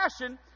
passion